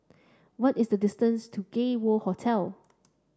what is the distance to Gay World Hotel